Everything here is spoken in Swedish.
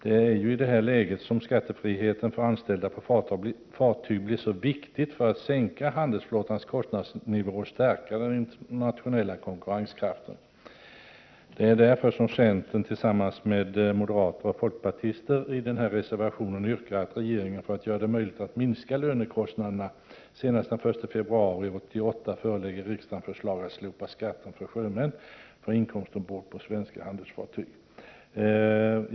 I nuvarande läge är frågan om skattefrihet för anställda på fartyg mycket viktig. Det gäller ju att sänka handelsflottans kostnadsnivå och att stärka dess internationella konkurrenskraft. Det är därför som centern, tillsammans med moderater och folkpartister, i reservationen yrkar att regeringen, för att göra det möjligt att minska lönekostnaderna, senast den 1 februari 1988 förelägger riksdagen förslag om ett slopande av skatten för sjömän för inkomster ombord på svenska handelsfartyg.